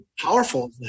powerful